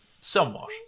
somewhat